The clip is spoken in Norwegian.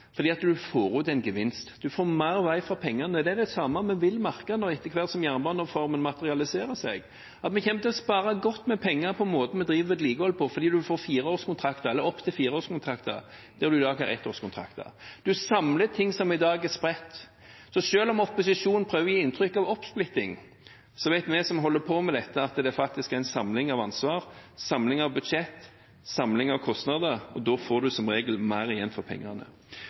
fordi man får ut en gevinst. Man får mer vei for pengene. Det er det samme vi vil merke etter hvert som jernbanereformen materialiserer seg, at vi kommer til å spare godt med penger på måten vi driver vedlikehold på, fordi man får opp til fireårskontrakter der man i dag har ettårskontrakter. Man samler ting som i dag er spredt. Selv om opposisjonen prøver å gi inntrykk av oppsplitting, vet vi som holder på med dette, at det faktisk er en samling av ansvar, samling av budsjett, samling av kostnader, og da får man som regel mer igjen for pengene.